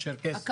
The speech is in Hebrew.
גם